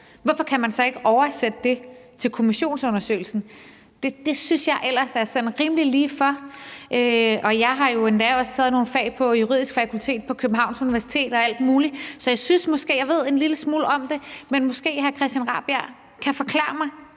at foregå bag lukkede døre, til kommissionsundersøgelsen? Det synes jeg ellers er sådan rimelig lige for, og jeg har jo endda også taget nogle fag på det juridiske fakultet på Københavns Universitet og alt muligt, så jeg synes måske, jeg ved en lille smule om det. Men måske hr. Christian Rabjerg Madsen kan forklare mig,